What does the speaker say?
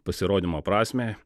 pasirodymo prasmę